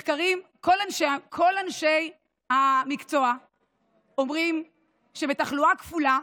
מחקרים, כל אנשי המקצוע אומרים שבתחלואה כפולה